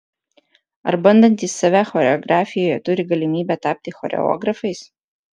ar bandantys save choreografijoje turi galimybę tapti choreografais